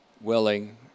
willing